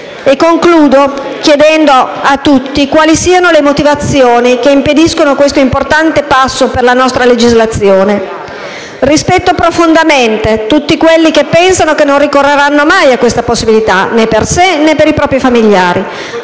e concludo chiedendo a tutti quali siano le motivazioni che impediscono questo importante passo per la nostra legislazione. Rispetto profondamente tutti coloro che pensano che non ricorreranno mai a questa possibilità né per sé, né per i propri familiari,